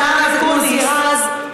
השר אקוניס,